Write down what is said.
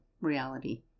reality